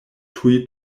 tuj